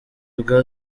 bwa